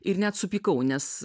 ir net supykau nes